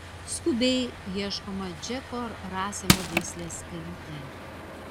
skubiai ieškoma džeko raselo veislės kalytė